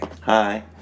Hi